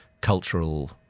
cultural